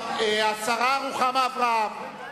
השרה רוחמה אברהם.